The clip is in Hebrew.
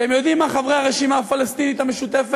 אתם יודעים מה, חברי הרשימה הפלסטינית המשותפת?